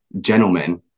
gentlemen